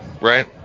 right